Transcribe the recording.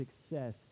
success